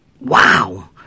Wow